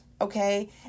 okay